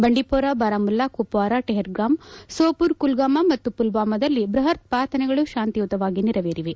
ಬಂಡಿಪೋರ ಬಾರಮುಲ್ಲಾ ಕುಪ್ವಾರ ಟ್ರೆಪಗಾಂ ಸೋಪೋರ್ ಕುಲ್ಲಾಮ್ ಮತ್ತು ಪುಲ್ಲಾಮದಲ್ಲಿ ಬೃಹತ್ ಪ್ರಾರ್ಥನೆಗಳು ಶಾಂತಿಯುತವಾಗಿ ನೆರವೇರಿವೆ